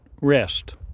rest